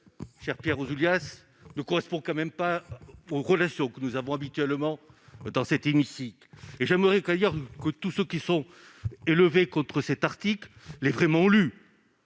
cher Pierre Ouzoulias, ne correspond pas aux relations que nous avons habituellement dans cet hémicycle. Absolument ! J'aimerais d'ailleurs que tous ceux qui se sont élevés contre cet article l'aient vraiment lu